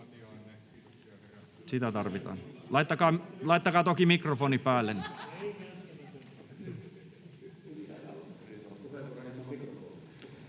Sitä tarvitaan. — Laittakaa toki mikrofoni päälle.